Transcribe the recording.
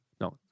No